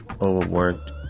overworked